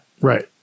Right